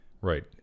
Right